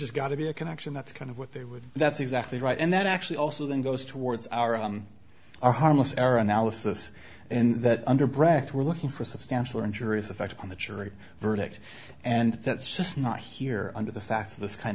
got to be a connection that's kind of what they would that's exactly right and that actually also then goes towards our are harmless error analysis and that under breath we're looking for substantial injuries affect on the jury verdict and that's just not here under the facts of this kind